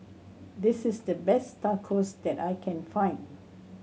this is the best Tacos that I can find